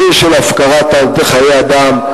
מחיר של הפקרת חיי אדם,